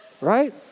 Right